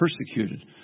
persecuted